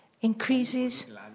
increases